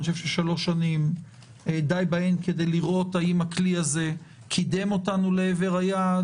די בשלוש שנים כדי לראות האם הכלי הזה קידם אותנו לעבר היעד,